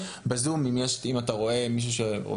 לאפשר.